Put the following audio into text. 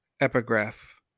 Epigraph